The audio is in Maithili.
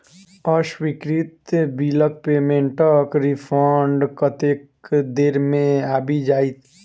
अस्वीकृत बिलक पेमेन्टक रिफन्ड कतेक देर मे आबि जाइत?